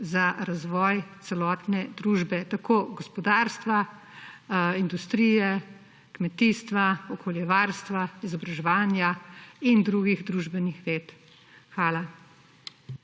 za razvoj celotne družbe, tako gospodarstva, industrije, kmetijstva, okoljevarstva, izobraževanja in drugih družbenih ved. Hvala.